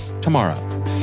tomorrow